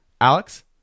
Alex